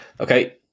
Okay